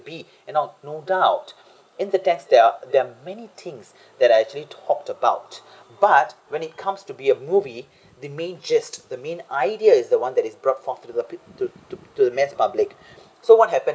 be and I'll no doubt in the text there're there're many things that are actually talked about but when it comes to be a movie they may just the main idea is the one that is brought forth to the peo~ to to to the mass public so what happen